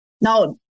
Now